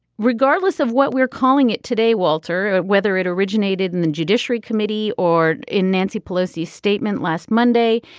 regardless of what we're calling it today walter whether it originated in the judiciary committee or in nancy pelosi's statement last monday.